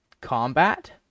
combat